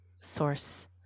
source